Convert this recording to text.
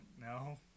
no